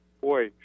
boy